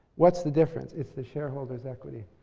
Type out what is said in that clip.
what's the difference? it's the shareholders equity.